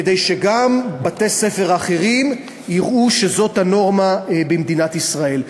כדי שגם בתי-ספר אחרים יראו שזאת הנורמה במדינת ישראל.